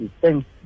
Thanks